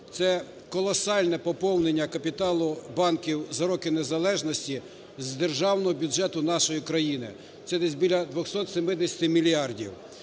це колосальне поповнення капіталу банків за роки незалежності з державного бюджету нашої країни. Це десь біля 270 мільярдів.